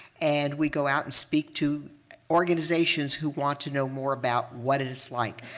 and we go out and speak to organizations who want to know more about what it is like.